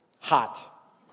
hot